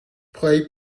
play